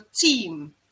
team